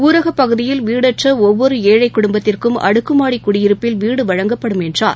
ஊரகப் பகுதியில் வீடற்றஒவ்வொருஏழைகுடும்பத்திற்கும் அடுக்குமாடிக் குடியிருப்பில் வீடுவழங்கப்படும் என்றார்